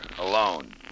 alone